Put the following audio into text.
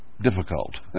difficult